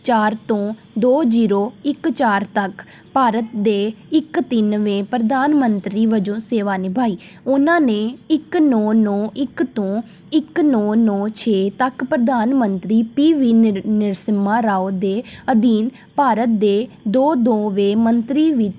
ਚਾਰ ਤੋਂ ਦੋ ਜ਼ੀਰੋ ਇੱਕ ਚਾਰ ਤੱਕ ਭਾਰਤ ਦੇ ਇੱਕ ਤਿੰਨਵੇਂ ਪ੍ਰਧਾਨ ਮੰਤਰੀ ਵਜੋਂ ਸੇਵਾ ਨਿਭਾਈ ਉਹਨਾਂ ਨੇ ਇੱਕ ਨੌਂ ਨੌਂ ਇੱਕ ਤੋਂ ਇੱਕ ਨੌਂ ਨੌਂ ਛੇ ਤੱਕ ਪ੍ਰਧਾਨ ਮੰਤਰੀ ਪੀ ਵੀ ਨਿਰ ਨਿਰਸਿਮਾ ਰਾਓ ਦੇ ਅਧੀਨ ਭਾਰਤ ਦੇ ਦੋ ਦੋ ਵੇ ਮੰਤਰੀ ਵ